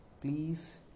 please